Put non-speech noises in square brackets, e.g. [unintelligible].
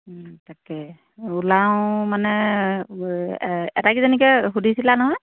তাকে ওলাওঁ মানে [unintelligible] আটাইকেইজনীকে সুধিছিলা নহয়